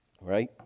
Right